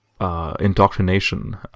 indoctrination